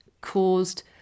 caused